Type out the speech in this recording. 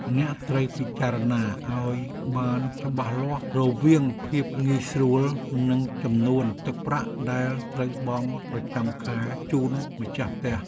អ្នកត្រូវពិចារណាឱ្យបានច្បាស់លាស់រវាងភាពងាយស្រួលនិងចំនួនទឹកប្រាក់ដែលត្រូវបង់ប្រចាំខែជូនម្ចាស់ផ្ទះ។